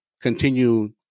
continue